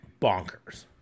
bonkers